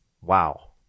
wow